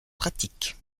pratiques